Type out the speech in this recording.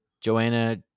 Joanna